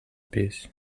pis